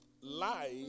life